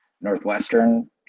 Northwestern